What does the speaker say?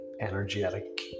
energetic